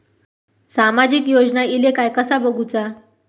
सामाजिक योजना इले काय कसा बघुचा?